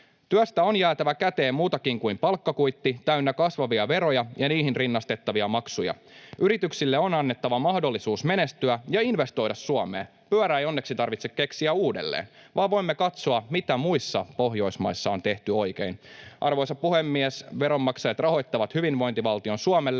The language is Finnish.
Työstä on jäätävä käteen muutakin kuin palkkakuitti täynnä kasvavia veroja ja niihin rinnastettavia maksuja. Yrityksille on annettava mahdollisuus menestyä ja investoida Suomeen. Pyörää ei onneksi tarvitse keksiä uudelleen, vaan voimme katsoa, mitä muissa Pohjoismaissa on tehty oikein. Arvoisa puhemies! Veronmaksajat rahoittavat hyvinvointivaltion Suomelle